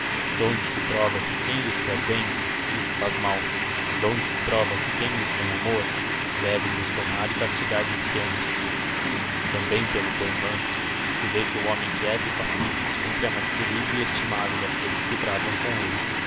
donde se prova que quem lhes quer bem lhes faz mal donde se prova que quem lhes tem amor deve de os domar e castig ar do pequenos também pelo boi manso se vê que o homem quieto e pacifico sempre he mais querido e estimado daquelles que tratão com elle